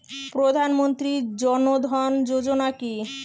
প্রধান মন্ত্রী জন ধন যোজনা কি?